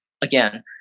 Again